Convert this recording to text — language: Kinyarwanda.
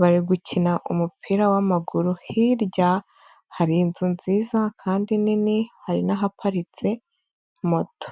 bari gukina umupira w'amaguru, hirya hari inzu nziza kandi nini, hari n'ahaparitse moto.